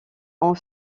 ont